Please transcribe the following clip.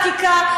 על החקיקה,